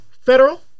Federal